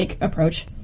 approach